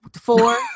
Four